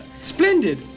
splendid